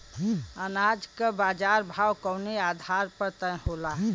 अनाज क बाजार भाव कवने आधार पर तय होला?